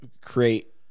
create